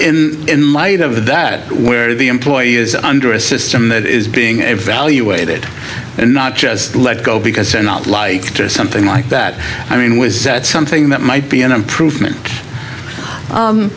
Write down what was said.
here in light of that where the employee is under a system that is being evaluated and not just let go because they're not like it or something like that i mean was that something that might be an improvement